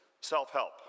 Self-help